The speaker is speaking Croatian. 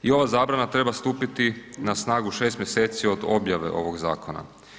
I ova zabrana treba stupiti na snagu 6 mjeseci od objave ovog zakona.